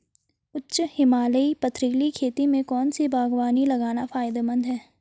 उच्च हिमालयी पथरीली खेती में कौन सी बागवानी लगाना फायदेमंद है?